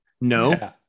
No